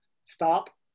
stop